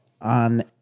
on